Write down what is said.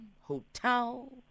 hotel